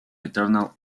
eternal